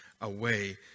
away